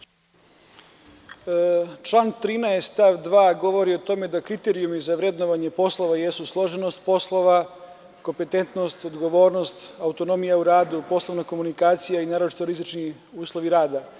Član 13. stav 2. govori o tome da kriterijumi za vrednovanje poslova jesu složenost poslova, kompetentnost, odgovornost, autonomija u radu, poslovna komunikacija i naročito rizični uslovi rada.